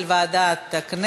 כן, הודעה של ועדת הכנסת.